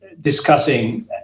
discussing